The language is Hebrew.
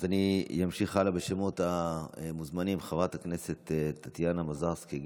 אז אמשיך הלאה בשמות המוזמנים: חברת הכנסת טטיאנה מזרסקי,